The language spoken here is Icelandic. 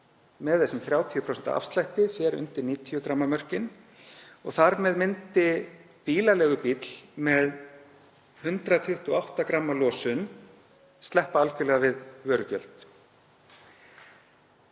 með þessum 30% afslætti fer undir 90 g mörkin. Þar með myndi bílaleigubíll með 128 g losun sleppa algerlega við vörugjöld.